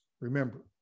remember